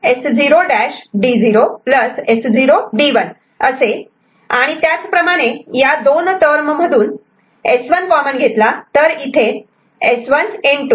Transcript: S0' D0 S0 D1 असे आणि या दोन टर्म मधून S1 कॉमन घेतला तर इथे S1